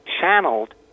channeled